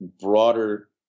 broader